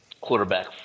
quarterback